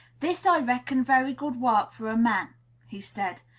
this i reckon very good work for a man he said.